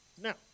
Now